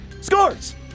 Scores